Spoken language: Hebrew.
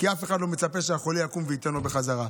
כי אף אחד לא מצפה שהחולה יקום וייתן לו בחזרה.